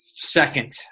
second